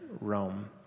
Rome